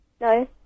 No